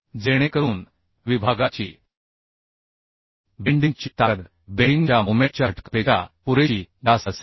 जेणेकरून विभागाची बेंडिंग ची ताकद बेंडिंग च्या मोमेंट च्या घटकापेक्षा पुरेशी जास्त असेल